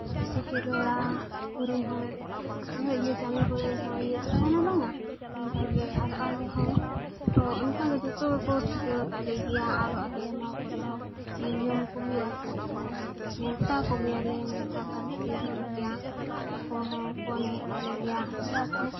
ᱡᱮᱭᱥᱮ ᱠᱚ ᱨᱚᱲᱟ ᱠᱚᱨᱮᱱᱦᱚᱸ ᱤᱭᱟᱹ ᱤᱭᱟᱹ ᱠᱚᱨᱮᱦᱚᱸ ᱤᱭᱟᱹ ᱠᱚ ᱛᱟᱦᱮᱱᱟ ᱵᱟᱝᱟ ᱚᱱᱠᱟ ᱜᱮ ᱟᱨᱚ ᱟᱞᱮ ᱦᱚᱸ ᱛᱚ ᱚᱱᱠᱟᱜᱮ ᱡᱚᱛᱚ ᱜᱮᱠᱚ ᱴᱷᱤᱠᱟᱹ ᱟᱠᱟᱫ ᱞᱮᱜᱮᱭᱟ ᱟᱨᱚ ᱟᱞᱮ ᱱᱚᱶᱟ ᱠᱚᱨᱮ ᱦᱚᱸ ᱧᱮᱞ ᱡᱚᱢ ᱠᱚ ᱦᱩᱭᱩᱜᱼᱟ ᱥᱮ ᱛᱚ ᱱᱮᱶᱛᱟ ᱠᱚᱜᱮᱭᱟᱞᱮ ᱱᱮᱶᱛᱟ ᱵᱟᱨᱛᱮ ᱦᱩᱭᱩᱜ ᱜᱮᱭᱟ ᱟᱠᱚ ᱦᱚᱸᱠᱚ ᱱᱮᱶᱛᱟ ᱞᱮ ᱜᱮᱭᱟ ᱪᱮᱫᱟᱜ ᱥᱮ